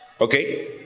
Okay